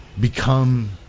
become